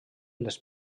les